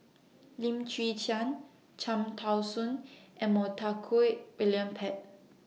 Lim Chwee Chian Cham Tao Soon and Montague William Pett